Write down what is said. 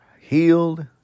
healed